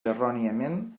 erròniament